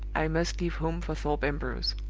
i must leave home for thorpe ambrose.